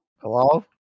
Hello